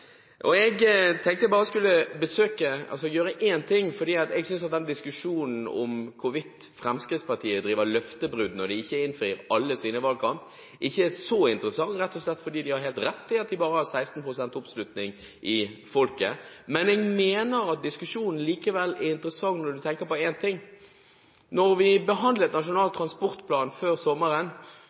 ikke. Jeg tenkte bare jeg skulle gjøre én ting: Jeg synes den diskusjonen om hvorvidt Fremskrittspartiet driver løftebrudd når de ikke innfrir alle sine valgkampløfter, ikke er så interessant, rett og slett fordi de har helt rett i at de bare har 16 pst. oppslutning i folket. Men jeg mener diskusjonen likevel er interessant når man tenker på én ting: Med bakgrunn i da vi behandlet Nasjonal transportplan før sommeren,